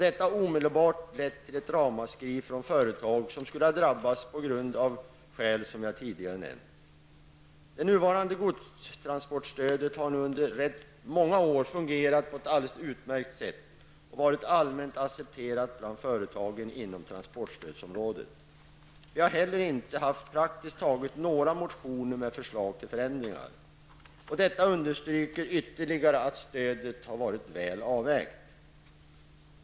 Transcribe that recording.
Detta har omedelbart lett till ett ramaskri från företag som skulle ha drabbats, av skäl som jag tidigare har nämnt. Det nuvarande godstransportstödet har nu under rätt många år fungerat på ett alldeles utmärkt sätt och varit allmänt accepterat av företagen inom transportstödsområdet. Det har heller inte väckts praktiskt taget några motioner med förslag till förändringar. Detta understryker ytterligare att stödet har varit väl avvägt.